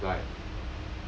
so is like